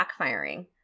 backfiring